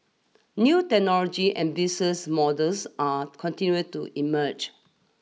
new technology and business models are continuing to emerge